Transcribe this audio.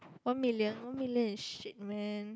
one million one million is shit man